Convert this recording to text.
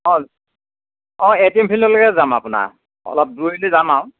অঁ অঁ এপিল ফিল্ডলৈকে যাম আপোনাৰ অলপ দূৰদি যাম আৰু